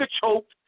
choked